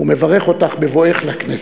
ומברך אותך בבואך לכנסת.